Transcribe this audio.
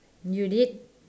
you did